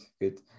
good